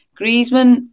Griezmann